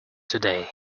today